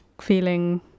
feeling